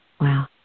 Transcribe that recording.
wow